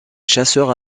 chasseurs